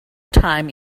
time